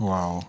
Wow